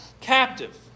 captive